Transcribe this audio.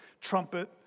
trumpet